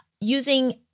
using